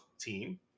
team